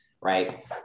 right